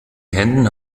händen